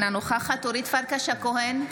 אינה נוכחת אורית פרקש הכהן,